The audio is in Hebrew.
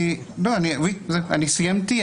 אני סיימתי.